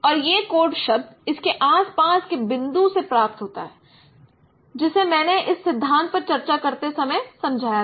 और यह कोड शब्द इसके आस पास के बिंदु से प्राप्त होता है जिसे मैंने इसके सिद्धांत पर चर्चा करते समय समझाया था